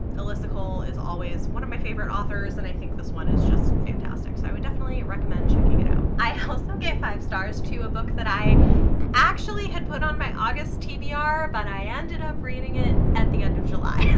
alyssa cole is always one of my favorite authors, and i think this one is just fantastic, so i would definitely recommend checking it out. i also gave five stars to a book that i actually had put on my august tbr but i ended up reading it at the end of july.